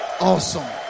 awesome